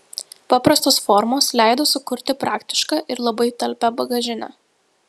paprastos formos leido sukurti praktišką ir labai talpią bagažinę